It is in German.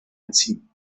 entziehen